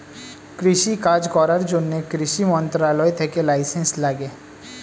কৃষি কাজ করার জন্যে কৃষি মন্ত্রণালয় থেকে লাইসেন্স লাগে